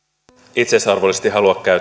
itseisarvollisesti halua